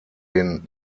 den